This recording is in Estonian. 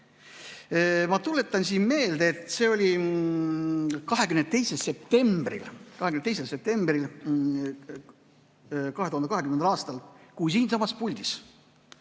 Ma tuletan meelde, et see oli 22. septembril 2020. aastal, kui siinsamas puldis